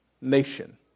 nation